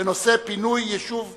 בנושא פינוי יישוב בשבת.